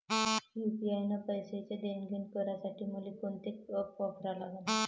UPI न पैशाचं देणंघेणं करासाठी मले कोनते ॲप वापरा लागन?